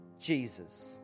Jesus